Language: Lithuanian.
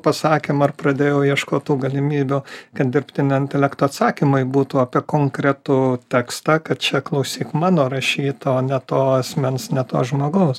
pasakėm ar pradėjau ieškot tų galimybių kad dirbtinio intelekto atsakymai būtų apie konkretų tekstą kad čia klausyk mano rašyta o ne to asmens ne to žmogaus